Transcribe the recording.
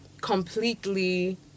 completely